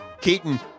Keaton